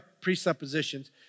presuppositions